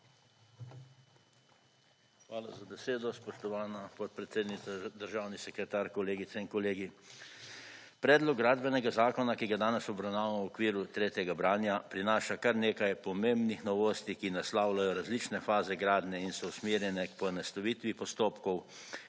Hvala za besedo, spoštovana podpredsednica. Državni sekretar, kolegice in kolegi! Predlog gradbenega zakona, ki ga danes obravnavamo v okviru tretjega branja prinaša kar nekaj pomembnih novosti, ki naslavljajo različne faze gradnje in so usmerjene k poenostavitvi postopkov,